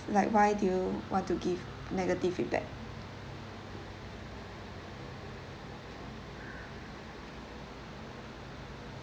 like why do you want to give negative feedback